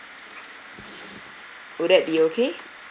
would that be okay